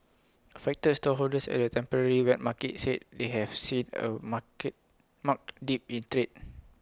affected stallholders at the temporary wet market said they have seen A market marked dip in trade